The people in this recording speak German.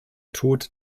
tod